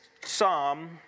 psalm